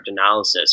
cryptanalysis